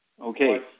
Okay